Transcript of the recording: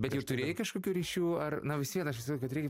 bet jau turėjai kažkokių ryšių ar na vis vien aš įsivaizduoju kad reikia